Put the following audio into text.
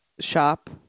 shop